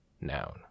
Noun